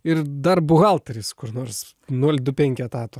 ir dar buhalteris kur nors nol du penki etato